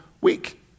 week